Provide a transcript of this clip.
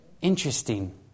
Interesting